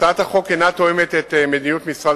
הצעת החוק אינה תואמת את מדיניות משרד